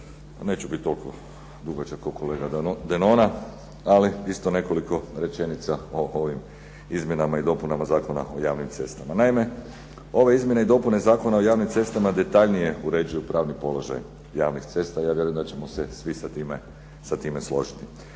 neću biti toliko dugačak kao kolega Denona, ali isto nekoliko rečenica o ovim izmjenama i dopunama Zakona o javnim cestama. Naime, ove izmjene i dopune Zakona o javnim cestama detaljnije uređuju pravni položaj javnih cesta i ja vjerujem da ćemo se svi sa time složiti,